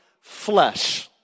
flesh